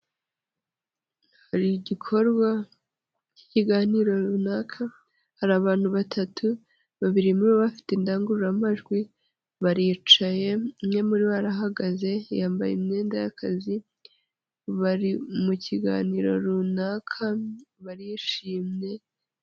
Hari igikorwa cy'ikiganiro runaka hari abantu batatu, babiri muri bo bafite indangururamajwi, baricaye umwe muri barahagaze yambaye imyenda y'akazi, bari mu kiganiro runaka barishimye.